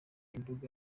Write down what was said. imbuga